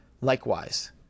Likewise